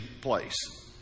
place